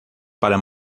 para